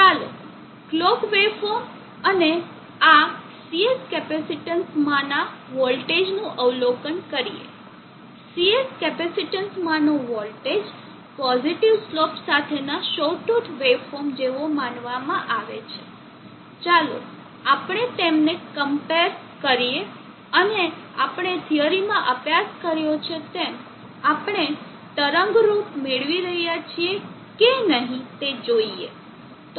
ચાલો clock waveform અને આ Cs કેપેસિટીન્સમાંના વોલ્ટેજનું અવલોકન કરીએ Cs કેપેસિટીન્સમાંનો વોલ્ટેજ પોઝિટીવ સ્લોપ સાથેના સૌટુથ વેવફોર્મ જેવો માનવામાં આવે છે ચાલો આપણે તેમને ક્મ્પેરેર કરીએ અને આપણે થીયરીમાં અભ્યાસ કર્યો છે તેમ આપણે તરંગ રૂપ મેળવી રહ્યા છીએ કે નહીં તે જોઈએ